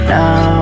Now